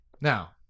Now